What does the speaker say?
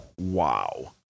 wow